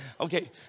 Okay